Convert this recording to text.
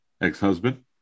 ex-husband